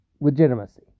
legitimacy